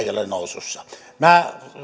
ei ole nousussa minä